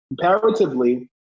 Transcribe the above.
Comparatively